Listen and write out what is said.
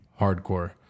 hardcore